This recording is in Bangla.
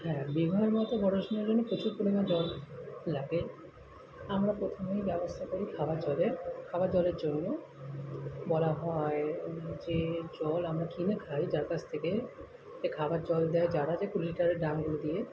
হ্যাঁ বিবাহের মতো বড় অনুষ্ঠানের জন্য প্রচুর পরিমাণ জল লাগে আমরা প্রথমেই ব্যবস্থা করি খাবার জলের খাবার জলের জন্য বলা হয় যে জল আমরা কিনে খাই যার কাছ থেকে এ খাবার জল দেয় জার আছে কুড়ি লিটারের ড্রামগুলো দিয়ে